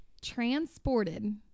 Transported